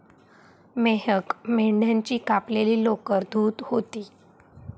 मेहक मेंढ्याची कापलेली लोकर धुत होती